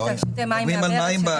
אם אתה שותה מים מן הברז אין לך עלויות.